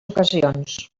ocasions